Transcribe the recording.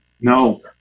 No